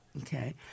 Okay